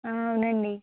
అవునండి